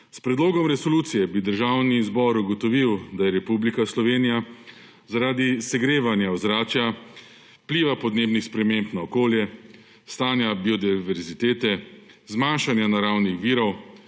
S predlogom resolucije bi Državni zbor ugotovil, da je Republika Slovenija zaradi segrevanja ozračja, vpliva podnebnih sprememb na okolje, stanja biodiverzitete, zmanjšanja naravnih virov,